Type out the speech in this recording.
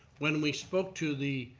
when we spoke to the